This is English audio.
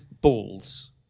Balls